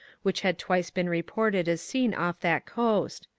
which had twice been reported as seen off that coast.